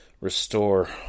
restore